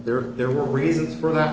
there there were reasons for that